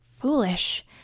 Foolish